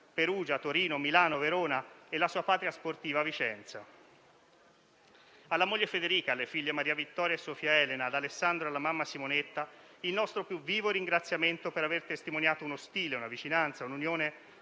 Perugia, Torino, Milano, Verona e la sua patria sportiva, Vicenza. Alla moglie Federica, alle figlie Maria Vittoria e Sofia Elena, ad Alessandro e alla mamma Simonetta, il nostro più vivo ringraziamento per aver testimoniato uno stile, una vicinanza, un'unione